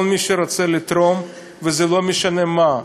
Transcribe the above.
כל מי שרוצה לתרום, וזה לא משנה מה,